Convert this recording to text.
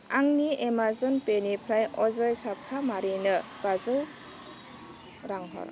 आंनि एमाजन पे निफ्राय अजय चामफ्रामारिनो बाजौ रां हर